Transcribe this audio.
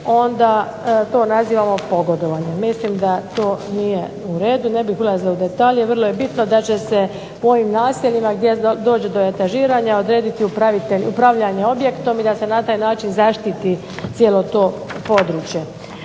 onda to nazivamo pogodovanjem. Mislim da to nije u redu. Ne bih ulazila u detalje. Vrlo je bitno da će se u ovim naseljima gdje dođe do etažiranja odrediti upravljanje objektom i da se na taj način zaštiti cijelo to područje.